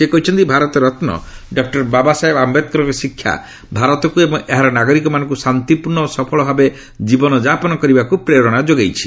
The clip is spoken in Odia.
ସେ କହିଛନ୍ତି ଭାରତ ରତ୍ନ ଡକ୍କର ବାବାସାହେବ ଆମ୍ଭେଦକରଙ୍କ ଶିକ୍ଷା ଭାରତକୁ ଏବଂ ଏହାର ନାଗରିକମାନଙ୍କୁ ଶାନ୍ତିପୂର୍ଣ୍ଣ ଓ ସଫଳ ଭାବେ ଜୀବନଯାପନ କରିବାକୁ ପ୍ରେରଣା ଯୋଗାଇଛି